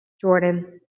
Jordan